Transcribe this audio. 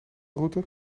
route